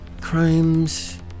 crimes